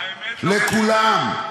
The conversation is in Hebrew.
לכולם,